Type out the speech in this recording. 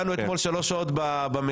דנו אתמול שלוש שעות במליאה.